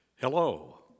Hello